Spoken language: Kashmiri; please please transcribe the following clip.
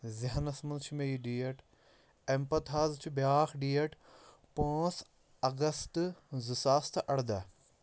ذہنَس منٛز چھُ مےٚ یہِ ڈیٹ اَمہِ پَتہٕ حظ چھُ بیٛاکھ ڈیٹ پانٛژھ اَگستہٕ زٕ ساس تہٕ اَرداہ